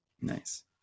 Nice